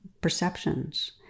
perceptions